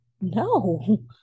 no